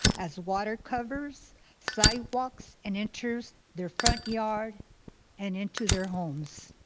as water covers sidewalks and enters their front yards and into their homes